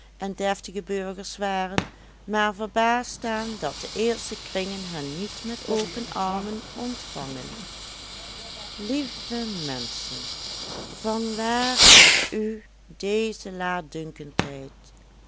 en deftige burgers waren maar verbaasd staan dat de eerste kringen hen niet met open armen ontvangen lieve menschen van waar komt u deze